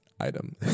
item